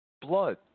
blood